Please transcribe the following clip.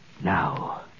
Now